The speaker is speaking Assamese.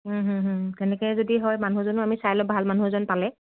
তেনেকে যদি হয় মানুহজনো আমি চাই লওঁ ভাল মানুহ এজন পালে